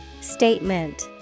Statement